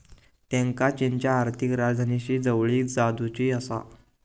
त्येंका चीनच्या आर्थिक राजधानीशी जवळीक साधुची आसा